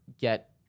get